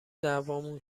دعوامون